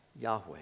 Yahweh